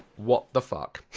what the fuck?